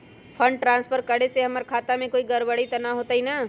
Fund transfer करे से हमर खाता में कोई गड़बड़ी त न होई न?